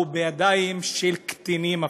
הוא גם בידיים של קטינים אפילו.